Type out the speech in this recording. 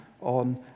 on